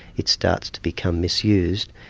it starts to become misused.